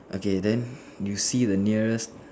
okay then you see the nearest